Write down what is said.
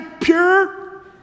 pure